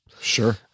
Sure